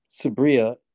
Sabria